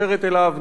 מתקשרת אליו,